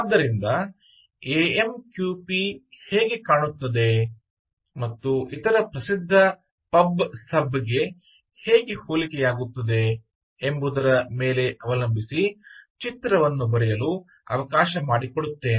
ಆದ್ದರಿಂದ ಎಎಮ್ಕ್ಯೂಪಿ ಹೇಗೆ ಕಾಣುತ್ತದೆ ಮತ್ತು ಇತರ ಪ್ರಸಿದ್ಧ ಪಬ್ ಸಬ್ಗೆ ಹೇಗೆ ಹೋಲಿಕೆಯಾಗುತ್ತದೆ ಎಂಬುದರ ಮೇಲೆ ಅವಲಂಬಿಸಿ ಚಿತ್ರವನ್ನು ಬರೆಯಲು ಅವಕಾಶ ಮಾಡಿಕೊಡುತ್ತೇನೆ